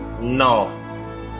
No